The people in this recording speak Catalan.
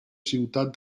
ciutat